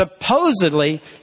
Supposedly